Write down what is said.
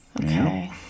okay